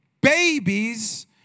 babies